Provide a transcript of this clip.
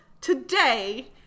today